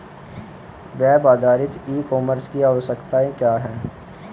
Web आधारित e commerce की आवश्यकता क्या है?